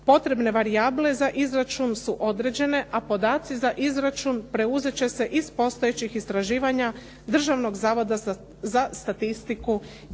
Potrebne varijable za izračun su određene, a podaci za izračun preuzet će se iz postojećih istraživanja Državnog zavoda za statistiku i Porezne